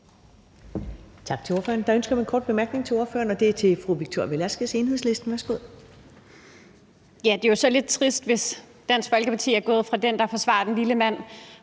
Tak til ordføreren. Der er ønske om en kort bemærkning til ordføreren fra fru Victoria Velasquez, Enhedslisten. Værsgo. Kl. 13:52 Victoria Velasquez (EL): Det er jo så lidt trist, hvis Dansk Folkeparti er gået fra at være dem, der forsvarer den lille mand,